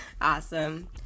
Awesome